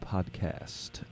Podcast